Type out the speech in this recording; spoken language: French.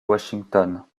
washington